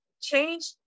change